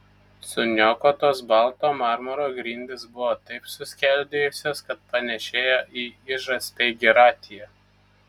suniokotos balto marmuro grindys buvo taip suskeldėjusios kad panėšėjo į ižą speigiratyje